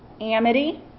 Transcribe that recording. Amity